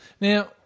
Now